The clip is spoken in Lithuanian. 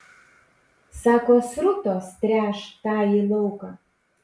sako srutos tręš tąjį lauką